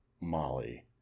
Molly